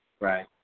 Right